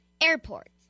Airport